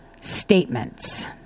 statements